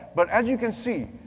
but as you can see,